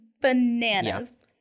bananas